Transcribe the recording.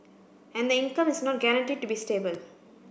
and the income is not guaranteed to be stable